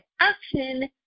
action